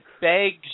begs